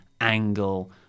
Angle